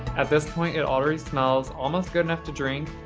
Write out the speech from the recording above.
at this point, it already smells almost good enough to drink,